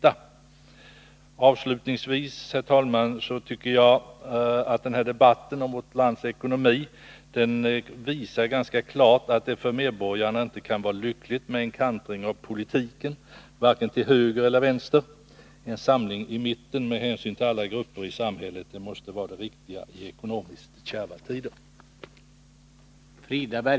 Avslutningsvis, herr talman, tycker jag att den här debatten om vårt lands ekonomi ganska klart visar, att det inte kan vara lyckligt för medborgarna med en kantring av politiken vare sig till höger eller vänster. En samling i mitten med hänsyn till alla grupper i samhället måste vara det riktiga i ekonomiskt kärva tider.